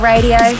Radio